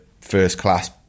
first-class